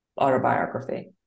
autobiography